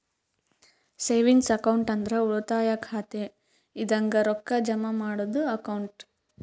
savings account ಅಂದ್ರ ಉಳಿತಾಯ ಖಾತೆ ಇದಂಗ ರೊಕ್ಕಾ ಜಮಾ ಮಾಡದ್ದು ಅಕೌಂಟ್